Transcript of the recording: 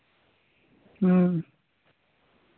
ᱦᱮᱸ